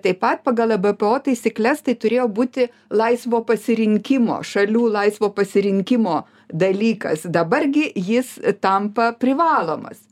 taip pat pagal ebpo taisykles tai turėjo būti laisvo pasirinkimo šalių laisvo pasirinkimo dalykas dabar gi jis tampa privalomas